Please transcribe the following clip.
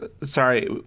sorry